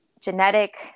genetic